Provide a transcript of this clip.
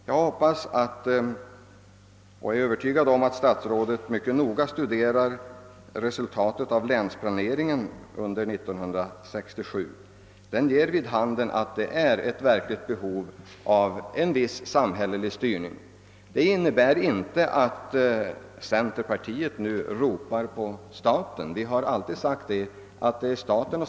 Jag hoppas att statsrådet noga studerar resultaten av den av länsstyrelserna utförda planeringen. Den ger vid handen att det föreligger ett verkligt behov av en viss samhällelig styrning. Det innebär inte att centerpartiet nu plötsligt börjar ropa på staten.